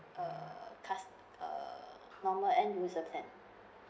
uh cast uh normal end user plan